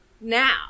now